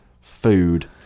food